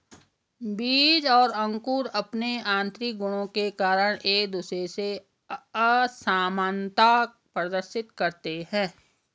बीज और अंकुर अंपने आतंरिक गुणों के कारण एक दूसरे से असामनता प्रदर्शित करते हैं